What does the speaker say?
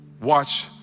Watch